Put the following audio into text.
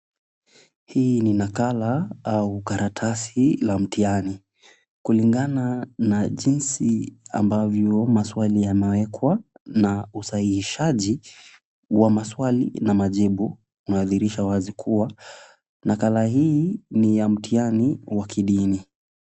Hii ni nakala au karatasi la mtihani, kulingana na jinsi ambavyo maswali yamewekwa na usahihishaji wa maswali na majibu , unadhihirisha wazi kuwa nakala hii ni ya mtihani wa kidini.